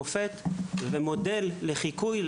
מופת ומודל לחיקוי,